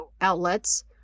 outlets